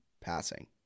Passing